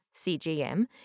CGM